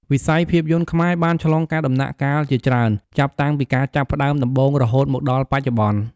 វិស័យភាពយន្តខ្មែរបានឆ្លងកាត់ដំណាក់កាលជាច្រើន ចាប់តាំងពីការចាប់ផ្ដើមដំបូងរហូតមកដល់បច្ចុប្បន្ន។